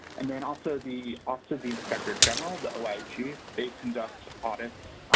and then also the office of the inspector general, the oig, they conduct audits.